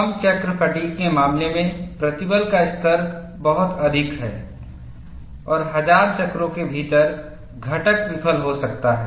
कम चक्र फ़ैटिग् के मामले में प्रतिबल का स्तर बहुत अधिक है और 1000 चक्रों के भीतर घटक विफल हो सकता है